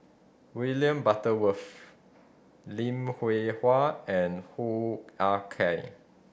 William Butterworth Lim Hwee Hua and Hoo Ah Kay